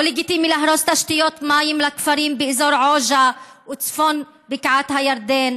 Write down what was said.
לא לגיטימי להרוס תשתיות מים לכפרים באזור עוג'א וצפון בקעת הירדן,